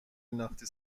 نداختی